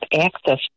access